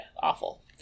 Awful